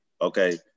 Okay